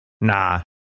Nah